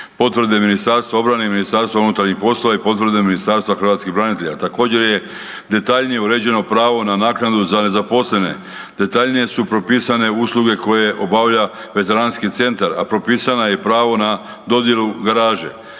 potvrde Ministarstva obrane i MUP-a i potvrde Ministarstva hrvatskih branitelja. Također je detaljnije uređeno pravo na naknadu za nezaposlene, detaljnije su propisane usluge koje obavlja Veteranski centar, a propisano je i pravo na dodjelu garaže.